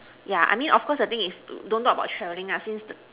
yeah I mean of course the thing is don't talk about travelling ah since the